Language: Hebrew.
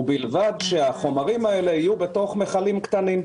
ובלבד שהחומרים האלה יהיו בתוך מיכלים קטנים.